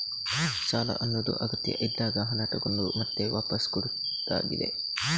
ಸಾಲ ಅನ್ನುದು ಅಗತ್ಯ ಇದ್ದಾಗ ಹಣ ತಗೊಂಡು ಮತ್ತೆ ವಾಪಸ್ಸು ಕೊಡುದಾಗಿದೆ